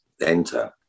enter